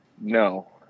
no